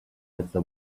айтса